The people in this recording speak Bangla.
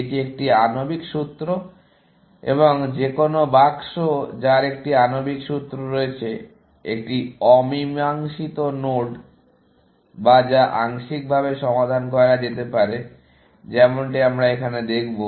এটি একটি আণবিক সূত্র এবং যে কোনও বাক্স যার একটি আণবিক সূত্র রয়েছে একটি অমীমাংসিত নোড বা যা আংশিকভাবে সমাধান করা যেতে পারে যেমনটি আমরা এখানে দেখব